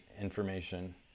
information